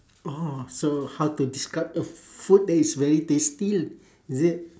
oh so how to describe the food that is very tasty is it